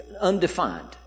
undefined